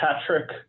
Patrick